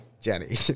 Jenny